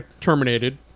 terminated